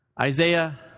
Isaiah